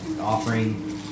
offering